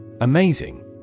Amazing